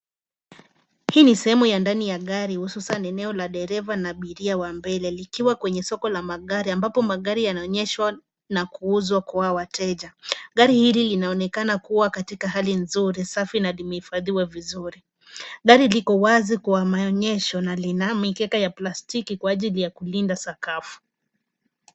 Hii ni sehemu ya ndani ya gari hususan eneo la dereva na abiria wa mbele likiwa kwenye soko la magari ambapo magari yanaonyeshwa na kuuzwa kwa wateja. Gari hili linaonekana kuwa katika hali nzuri, safi na limehifadhiwa vizuri. Gari liko wazi kwa maonyesho na lina mikeka ya plastiki kwa ajili ya kulinda sakafu.